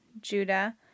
Judah